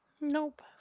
Nope